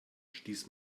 stieß